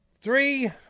three